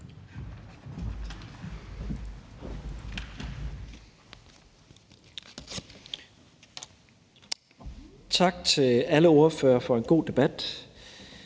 Tak til alle ordførere for en god debat.